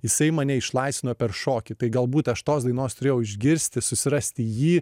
jisai mane išlaisvino per šokį tai galbūt aš tos dainos turėjau išgirsti susirasti jį